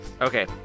Okay